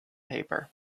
paper